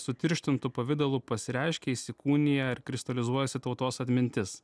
sutirštintu pavidalu pasireiškia įsikūnija ir kristalizuojasi tautos atmintis